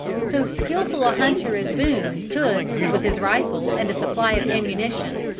so skilful a hunter as boone could, with his rifle and a supply of ammunition,